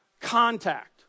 Contact